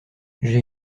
j’ai